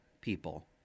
people